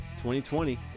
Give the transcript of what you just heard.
2020